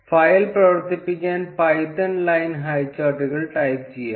file പ്രവർത്തിപ്പിക്കാൻ Python line ഹൈചാർട്ടുകൾ type ചെയ്യാം